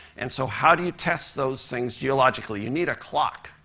and so how do you test those things geologically? you need a clock,